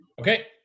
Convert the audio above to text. Okay